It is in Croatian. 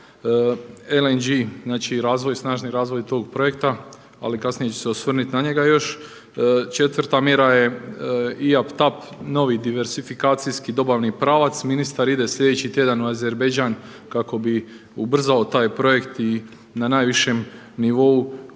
LNG, znači razvoj, snažni razvoj tog projekta ali kasnije ću se osvrnuti na njega još. Četvrta mjera je IAP TAP novi diversifikacijski dobavni pravac. Ministar ide sljedeći tjedan u Azerbajdžan kako bi ubrzao taj projekt i na najvišem nivou